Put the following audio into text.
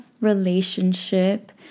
relationship